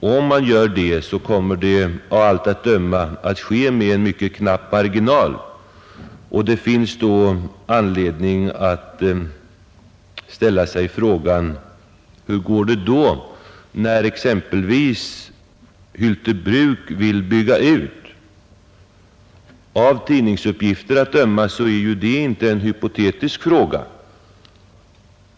Gör man detta blir det av allt att döma med mycket knapp marginal, och det finns då anledning att fråga sig: Hur går det när exempelvis Hylte bruk vill bygga ut? Av tidningsuppgifter att döma är detta inte en hypotetisk fråga.